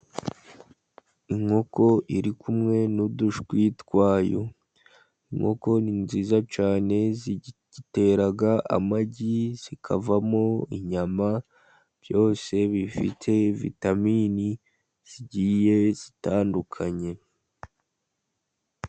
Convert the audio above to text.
Inkoko iri kumwe n'udushwi twa yo. Inkoko ni nziza cyane, zitera amagi, zikavamo inyama, byose bifite vitaminini zigiye zitandukanye.